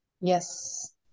yes